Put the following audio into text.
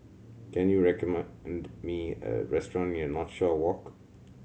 can you recommend me a restaurant near Northshore Walk